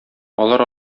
алар